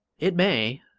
it may,